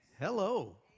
Hello